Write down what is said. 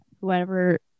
Whoever